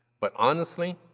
but honestly,